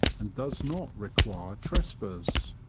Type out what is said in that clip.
and does not require trespass.